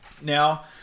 Now